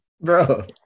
Bro